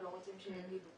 ולא רוצים שיעידו.